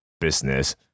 business